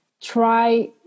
try